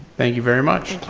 thank you very much.